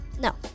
No